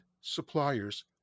suppliers